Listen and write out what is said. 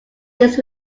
this